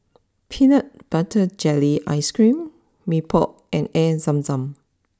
Peanut Butter Jelly Ice cream Mee Pok and Air Zam Zam